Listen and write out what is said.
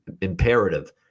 imperative